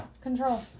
Control